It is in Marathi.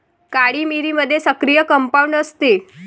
काळी मिरीमध्ये सक्रिय कंपाऊंड असते